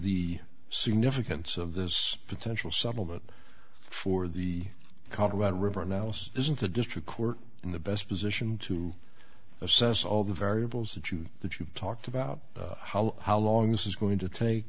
the significance of this potential settlement for the colorado river and else isn't the district court in the best position to assess all the variables that you that you've talked about how how long this is going to take